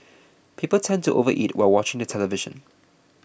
people tend to overeat while watching the television